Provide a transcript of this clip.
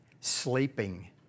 sleeping